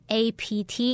apt